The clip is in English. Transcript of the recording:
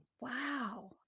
Wow